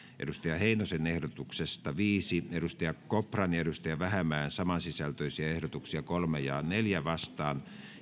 timo heinosen ehdotuksesta viisi jukka kopran ja ville vähämäen samansisältöisiä ehdotuksia kolme ja neljään vastaan